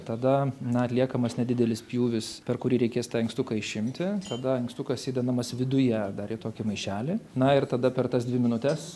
tada na atliekamas nedidelis pjūvis per kurį reikės tą inkstuką išimti tada inkstukas įdedamas viduje dar į tokį maišelį na ir tada per tas dvi minutes